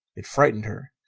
it frightened her.